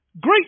great